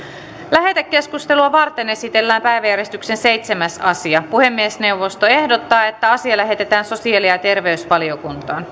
lähetekeskustelua varten esitellään päiväjärjestyksen seitsemäs asia puhemiesneuvosto ehdottaa että asia lähetetään sosiaali ja ja terveysvaliokuntaan